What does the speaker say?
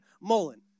Mullen